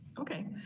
okay.